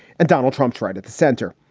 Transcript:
and donald trump tried at the center.